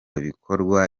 bikorwa